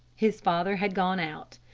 his father had gone out.